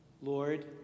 Lord